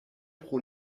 pro